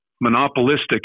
monopolistic